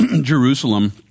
Jerusalem